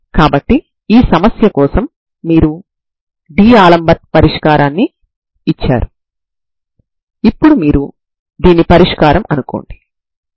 కాబట్టి ఇప్పుడు నేను నా Anమరియు Bn లను ఈ u లో పెట్టడం వల్ల నేను నా సాధారణ పరిష్కారంను పొందుతాను